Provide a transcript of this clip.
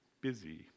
busy